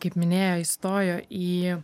kaip minėjo įstojo į